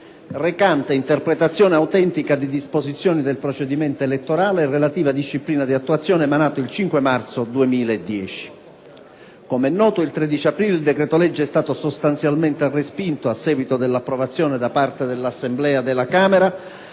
recante interpretazione autentica di disposizioni del procedimento elettorale e relativa disciplina di attuazione, emanato il 5 marzo 2010. Come è noto, il 13 aprile il decreto-legge è stato sostanzialmente respinto a seguito dell'approvazione, da parte dell'Assemblea della Camera,